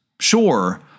Sure